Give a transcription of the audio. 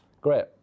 great